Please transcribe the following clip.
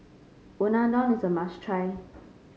unadon is a must try